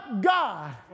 God